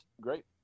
great